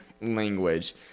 language